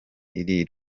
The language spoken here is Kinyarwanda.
iri